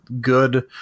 good